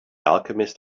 alchemist